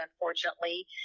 unfortunately